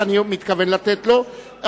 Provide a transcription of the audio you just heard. ואני מתכוון לתת לו,